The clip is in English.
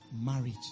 marriage